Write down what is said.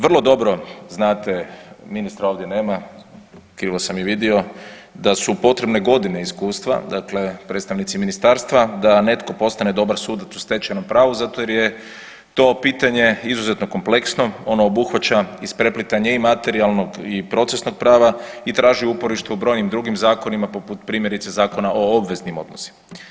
Vrlo dobro znate, ministra ovdje nema, krivo sam i vidio, da su potrebne godine iskustva, dakle, predstavnici ministarstva, da netko postane dobar sudac u stečajnom pravu zato jer je to pitanje izuzetno kompleksno, ono obuhvaća ispreplitanje i materijalnog i procesnog prava i traži uporište u brojnim drugim zakonima, poput, primjerice, Zakona o obveznim odnosima.